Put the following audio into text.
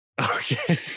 Okay